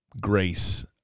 grace